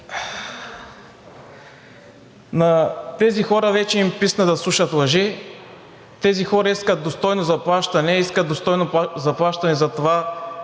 На тези хора вече им писна да слушат лъжи, тези хора искат достойно заплащане. Искат достойно заплащане за това,